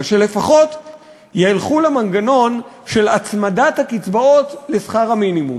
שלפחות ילכו למנגנון של הצמדת הקצבאות לשכר המינימום.